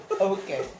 Okay